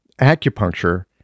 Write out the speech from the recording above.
Acupuncture